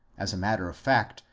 as a matter of fact,